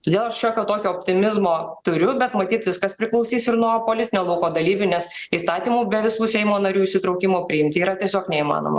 todėl aš šiokio tokio optimizmo turiu bet matyt viskas priklausys ir nuo politinio lauko dalyvių nes įstatymų be visų seimo narių įsitraukimo priimti yra tiesiog neįmanoma